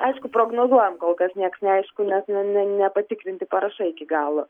aišku prognozuojant kol kas nieks neaišku nes ne ne ne nepatikrinti parašai iki galo